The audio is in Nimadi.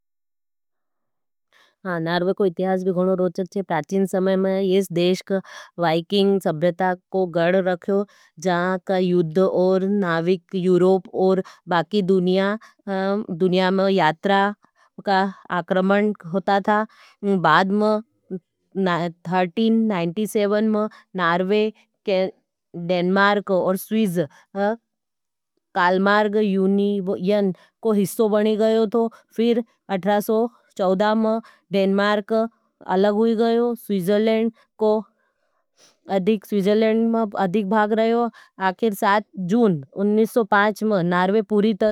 नार्वे को इतिहास भी घणो रोचक छे। प्राचीन समय में येस देश का वाइकिंग सभ्यता को गड रख्यो, जहां का युद्ध और नाविक यूरोप और बाकी दुनिया, दुनिया में यात्रा का आक्रमण होता था। बाद में थरटीन नाइन्टी सेवन में डेनमार्क और सवीज ई यू यूनियन का हिस्सों बन गयो था। फिर अट्ठारह सौ चौदह में डेनमार्क अलग होई गयो थो।